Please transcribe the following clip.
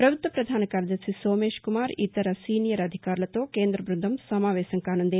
ప్రభుత్వ ప్రధాన కార్యదర్భి సోమేశ్ కుమార్ ఇతర సీనియర్ అధికారులతో కేంద్ర బృందం సమావేశం కాసుంది